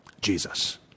Jesus